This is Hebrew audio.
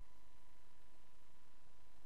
אני